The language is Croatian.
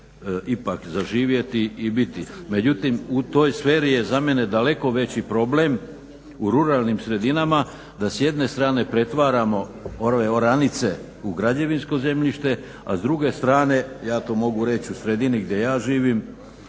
ipak zaživjeti i biti. Međutim u toj sferi je za mene daleko veći problem u ruralnim sredinama da s jedne strane pretvaramo oranice u građevinsko zemljište, a s druge strane ja to mogu reći u sredini gdje ja živim,